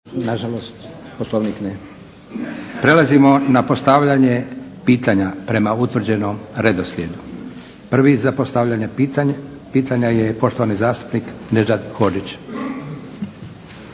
**Leko, Josip (SDP)** Prelazimo na postavljanje pitanja prema utvrđenom redoslijedu. Prvi za postavljanje pitanja je poštovani zastupnik Nedžad Hodžić.